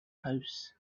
house